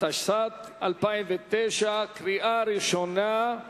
התשס”ט 2009, קריאה ראשונה.